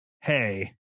Hey